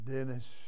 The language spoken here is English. Dennis